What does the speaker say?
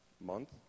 month